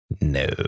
No